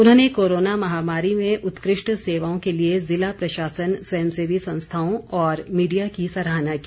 उन्होंने कोरोना महामारी में उत्कृष्ट सेवाओं के लिए ज़िला प्रशासन स्वयं सेवी संस्थाओं और मीडिया की सराहना की